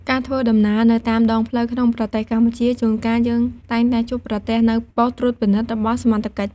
ការធ្វើដំណើរនៅតាមដងផ្លូវក្នុងប្រទេសកម្ពុជា ជួនកាលយើងតែងតែជួបប្រទះនូវប៉ុស្តិ៍ត្រួតពិនិត្យរបស់សមត្ថកិច្ច។